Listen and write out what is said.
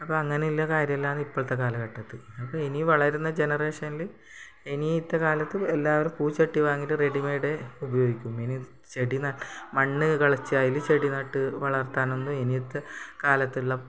അപ്പം അങ്ങനെയുള്ള കാര്യല്ലാണ് ഇപ്പോഴത്തെ കാലഘട്ടത്ത് അപ്പം ഇനി വളരുന്ന ജനറേഷനിൽ ഇനിയിത്ത കാലത്ത് എല്ലാവരും പൂച്ചട്ടി വാങ്ങീട്ട് റെഡി മൈഡ് ഉപയോഗിക്കും ഇനി ചെടി മണ്ണ് കിളച്ചായാലും ചെടി നട്ട് വളർത്താനൊന്ന് ഇനിയിത്ത കാലത്തുള്ള